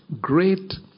Great